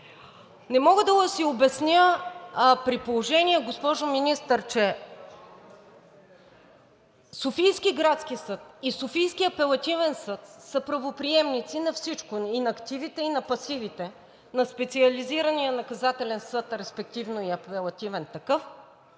не мога да си обясня, при положение че Софийският градски съд и Софийският апелативен съд са правоприемници на всичко – и на активите, и на пасивите на Специализирания наказателен съд, респективно и апелативен такъв